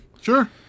Sure